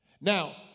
Now